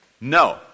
No